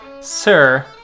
Sir